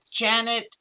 Janet